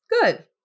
good